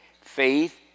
Faith